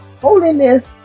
holiness